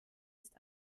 ist